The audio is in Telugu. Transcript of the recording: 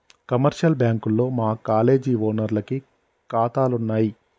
కమర్షియల్ బ్యాంకుల్లో మా కాలేజీ ఓనర్లకి కాతాలున్నయి